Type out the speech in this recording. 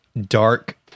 dark